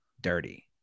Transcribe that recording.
dirty